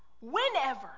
whenever